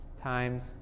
times